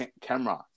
camera